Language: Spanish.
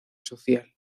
social